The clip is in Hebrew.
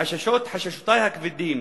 חששותי הכבדים